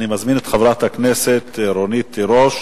אני מזמין את חברת הכנסת רונית תירוש.